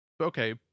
Okay